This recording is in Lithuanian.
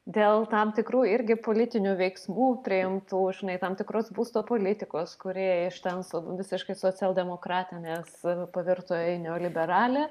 dėl tam tikrų irgi politinių veiksmų priimtų žinai tam tikros būsto politikos kūrėjai iš ten su visiškai socialdemokratinės pavirto į neoliberalią